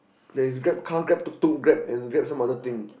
there is Grab car Grab tuk-tuk Grab and Grab some other thing